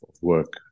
work